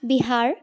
Bihar